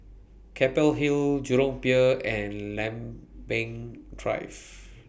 Keppel Hill Jurong Pier and Lempeng Drive